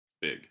big